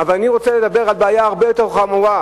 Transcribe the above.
אבל אני רוצה לדבר על בעיה הרבה יותר חמורה,